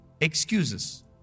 excuses